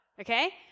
okay